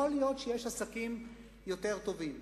יכול להיות שיש עסקים יותר טובים.